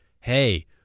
hey